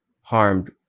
harmed